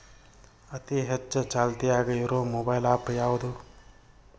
ಅತಿ ಹೆಚ್ಚ ಚಾಲ್ತಿಯಾಗ ಇರು ಮೊಬೈಲ್ ಆ್ಯಪ್ ಯಾವುದು?